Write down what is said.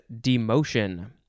demotion